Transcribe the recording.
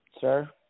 Sir